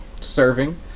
serving